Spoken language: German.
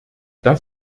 das